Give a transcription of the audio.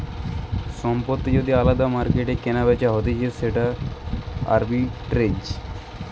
সম্পত্তি যদি আলদা মার্কেটে কেনাবেচা হতিছে সেটা আরবিট্রেজ